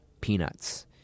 Peanuts